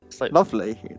Lovely